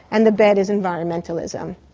and the bed is environmentalism.